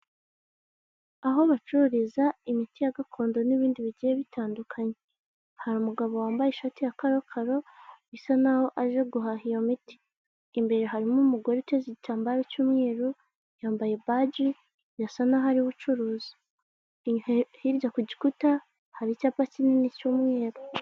Aho bacururiza imiti ya gakondo n'ibindi bigiye bitandukanye. Hari umugabo wambaye ishati ya karokaro, bisa n'aho aje guhaha iyo miti. Imbere harimo umugore uteze igitambaro cy'umweru, yambaye baji bisa nk'aho ariwe ubucuruzi. Hirya ku gikuta hari icyapa kinini cy'umweru.